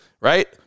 right